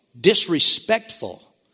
disrespectful